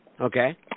Okay